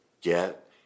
get